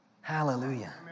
hallelujah